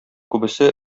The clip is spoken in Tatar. күбесе